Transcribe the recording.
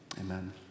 amen